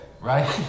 right